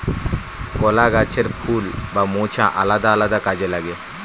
কলা গাছের ফুল বা মোচা আলাদা আলাদা কাজে লাগে